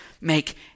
Make